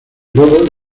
luego